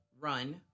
run